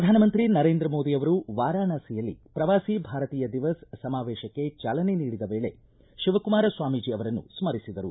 ಪ್ರಧಾನಮಂತ್ರಿ ನರೇಂದ್ರ ಮೋದಿ ಅವರು ವಾರಾಣಸಿಯಲ್ಲಿ ಪ್ರವಾಸಿ ಭಾರತೀಯ ದಿವಸ್ ಸಮಾವೇಶಕ್ಕೆ ಚಾಲನೆ ನೀಡಿದ ವೇಳೆ ಶಿವಕುಮಾರ ಸ್ವಾಮೀಜಿ ಅವರನ್ನು ಸ್ಕರಿಸಿದರು